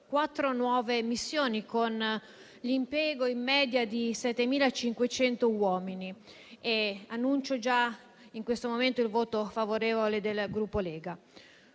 quattro nuove missioni, con l'impiego in media di 7.500 uomini. Annuncio sin d'ora il voto favorevole del Gruppo Lega.